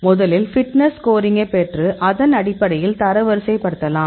முதலில் ஃபிட்னஸ் ஸ்கோரிங்கை பெற்று அதனடிப்படையில் தரவரிசைப்படுத்தலாம்